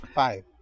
five